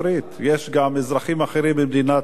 יש גם אזרחים אחרים במדינת ישראל,